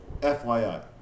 FYI